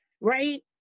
right